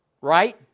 right